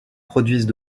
produisent